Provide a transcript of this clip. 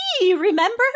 remember